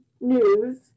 news